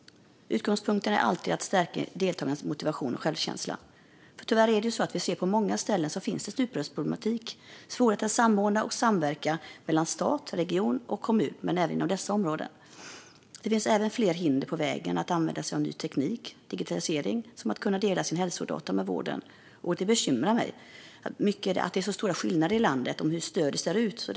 Utgångspunkten är alltid att stärka deltagarnas motivation och självkänsla. Tyvärr ser vi att det på många ställen finns stuprörsproblematik - svårigheter att samordna och samverka mellan stat, region och kommun, även inom dessa områden. Det finns även fler hinder på vägen, exempelvis när det gäller användning av ny teknik och digitalisering för att kunna dela sina hälsodata med vården. Det bekymrar mig mycket att det är så stora skillnader i landet när det gäller hur stödet ser ut.